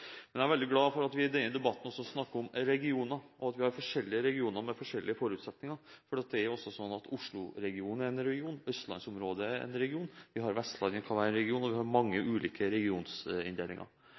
at vi i denne debatten også snakker om regioner, om at vi har forskjellige regioner med forskjellige forutsetninger, for Oslo-regionen er en region, østlandsområdet er en region, Vestlandet kan være en region – vi har mange ulike inndelinger for regionene. Jeg er glad for at vi har